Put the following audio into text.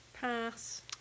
Pass